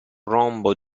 rombo